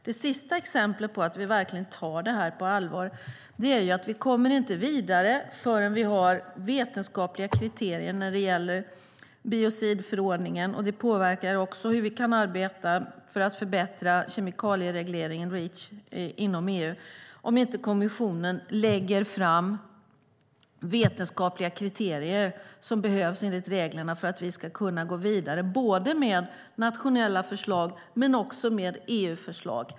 Det sista exemplet på att vi verkligen tar detta på allvar är att vi inte kommer vidare förrän vi har vetenskapliga kriterier när det gäller biocidförordningen. Det påverkar hur vi kan arbeta för att förbättra kemikalieregleringen - Reach - inom EU. Om kommissionen inte lägger fram de vetenskapliga kriterier som behövs enligt reglerna kan vi inte gå vidare med vare sig nationella förslag eller EU-förslag.